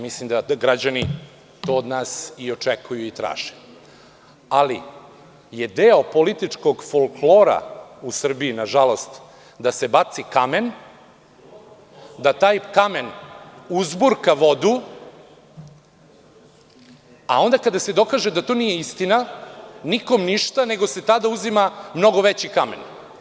Mislim da građani od nas to i očekuju i traže, ali je deo političkog folklora u Srbiji, nažalost, da se baci kamen, da taj kamen uzburka vodu, a onda kada se dokaže da to nije istina, nikom ništa, nego se tada uzima mnogo veći kamen.